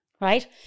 Right